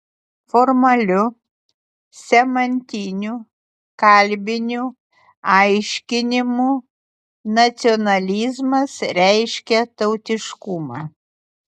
formaliu semantiniu kalbiniu aiškinimu nacionalizmas reiškia tautiškumą